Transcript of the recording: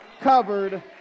covered